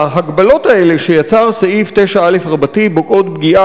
ההגבלות האלה שיצר סעיף 9א רבתי פוגעות פגיעה